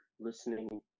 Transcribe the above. listening